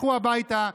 לכו הביתה.